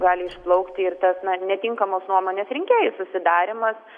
gali išplaukti ir tas na netinkamos nuomonės rinkėjų susidarymas